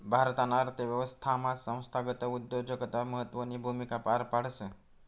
भारताना अर्थव्यवस्थामा संस्थागत उद्योजकता महत्वनी भूमिका पार पाडस